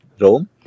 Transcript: Rome